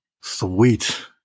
sweet